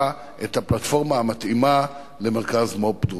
את הפלטפורמה המתאימה למרכז מו"פ דרוזי.